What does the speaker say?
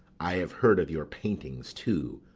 i have heard of your paintings too,